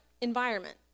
environment